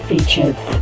Features